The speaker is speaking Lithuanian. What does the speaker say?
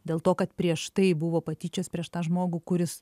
dėl to kad prieš tai buvo patyčios prieš tą žmogų kuris